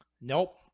Nope